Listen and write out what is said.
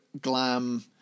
glam